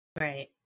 right